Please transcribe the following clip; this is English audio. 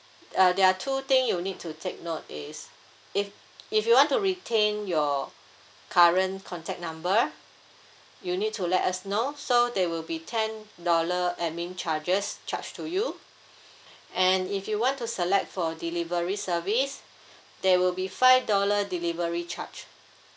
uh there are two thing you need to take note is if if you want to retain your current contact number you need to let us know so there will be ten dollar administration charges charge to you and if you want to select for delivery service there will be five dollar delivery charge